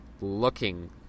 looking